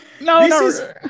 no